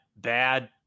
bad